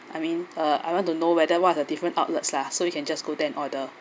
I mean uh I want to know whether what the different outlets lah so we can just go there and order